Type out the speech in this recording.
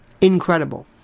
Incredible